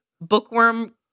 Bookworm